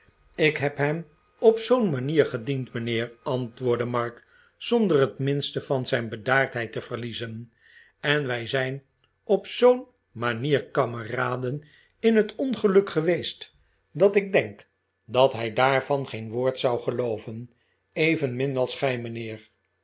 ik heb hem op zoo'n manier gediend mijnheer antwoordde mark zonder het minste van zijn bedaardheid te verliezen en wij zijn op zoo'n manier kameraden in het ongeluk geweest dat ik denk dat hij daarvan geen woord zou gelooven evenmin als gij mijnheer